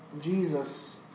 Jesus